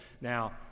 now